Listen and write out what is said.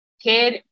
Kid